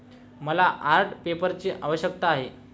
मला आर्ट पेपरची आवश्यकता आहे